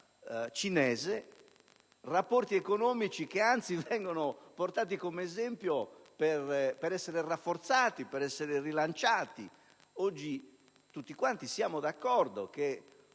cinese rapporti economici che, anzi, vengono portati come esempio per essere rafforzati e rilanciati. Oggi tutti siamo d'accordo che